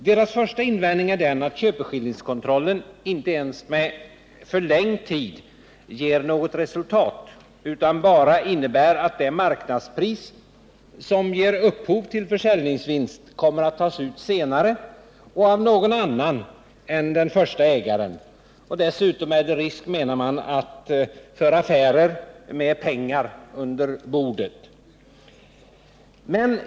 Deras första invändning är den att köpeskillingskontrollen inte ens med förlängd tid ger något resultat utan bara innebär att det marknadspris som ger upphov till försäljningsvinst kommer att tas ut senare och av någon annan än den första ägaren. Dessutom är det risk, menar man, för affärer med pengar under bordet.